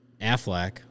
Affleck